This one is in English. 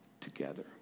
together